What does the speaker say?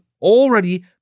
already